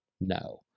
No